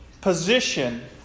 Position